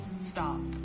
Stop